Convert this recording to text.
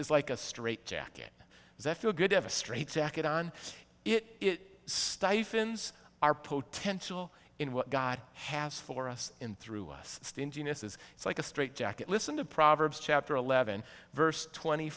is like a straight jacket as i feel good have a straight jacket on it steiff ins are potential in what god has for us in through us stinginess is like a straight jacket listen to proverbs chapter eleven verse twenty